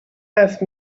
ask